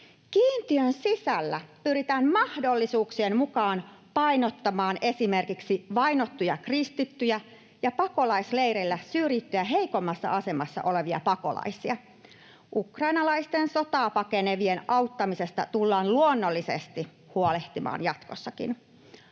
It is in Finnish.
Kiintiön sisällä pyritään mahdollisuuksien mukaan painottamaan esimerkiksi vainottuja kristittyjä ja pakolaisleireillä syrjittyjä, heikoimmassa asemassa olevia pakolaisia. Ukrainalaisten sotaa pakenevien auttamisesta tullaan luonnollisesti huolehtimaan jatkossakin.